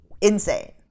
insane